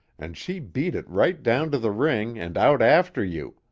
and she beat it right down to the ring and out after you.